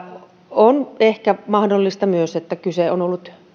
on ehkä myös mahdollista että kyse on ollut